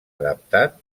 adaptat